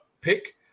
pick